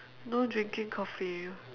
no drinking coffee